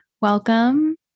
Welcome